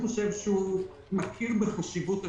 חושב שהוא מכיר בחשיבות השיקום.